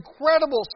incredible